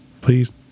Please